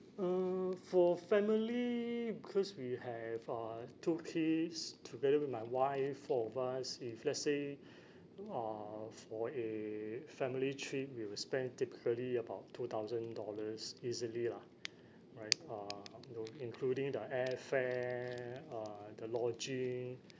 mm for family because we have uh two kids together with my wife four of us if let's say uh for a family trip we will spend typically about two thousand dollars easily lah right uh you know including the airfare uh the lodging